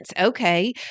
Okay